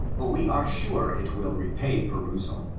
but we are sure it will repay perusal